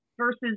Versus